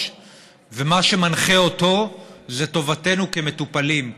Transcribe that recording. ומה שמנחה אותו זה טובתנו כמטופלים,